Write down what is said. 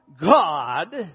God